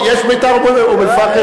יש "בית"ר אום-אל-פחם"?